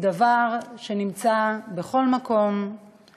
היא דבר שנמצא בכל מקום בחברה הישראלית.